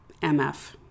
MF